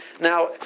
now